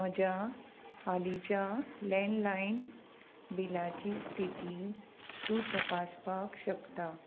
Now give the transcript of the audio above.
म्हज्या हालींच्या लँडलायन बिलाची स्थिती तूं तपासपाक शकता